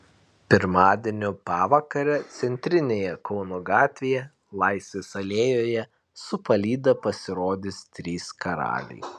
pirmadienio pavakarę centrinėje kauno gatvėje laisvės alėjoje su palyda pasirodys trys karaliai